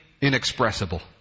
inexpressible